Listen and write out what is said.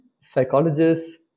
psychologists